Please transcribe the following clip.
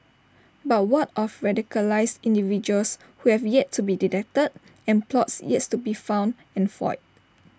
but what of radicalised individuals who have yet to be detected and plots yes to be found and foiled